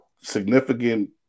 significant